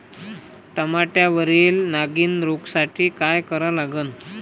टमाट्यावरील नागीण रोगसाठी काय करा लागन?